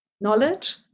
knowledge